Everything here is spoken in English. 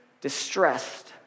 distressed